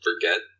forget